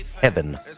Heaven